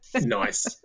Nice